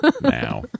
now